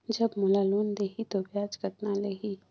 जब मोला लोन देही तो ब्याज कतना लेही?